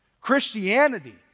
Christianity